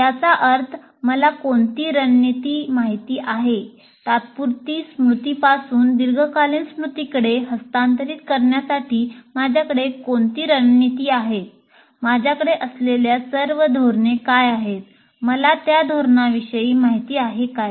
याचा अर्थ मला कोणती रणनीती माहित आहे तात्पुरती स्मृतीपासून दीर्घकालीन स्मृतीकडे हस्तांतरित करण्यासाठी माझ्याकडे कोणती रणनीती आहेत माझ्याकडे असलेल्या सर्व धोरणे काय आहेत मला त्या धोरणांविषयी माहित आहे काय